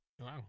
Wow